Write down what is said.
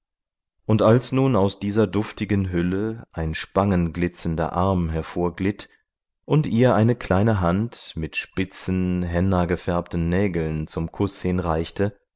und als nun aus dieser duftigen hülle ein spangenglitzernder arm hervorglitt und ihr eine kleine hand mit spitzen hennagefärbten nägeln zum kuß hinreichte